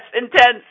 intense